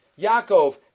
Yaakov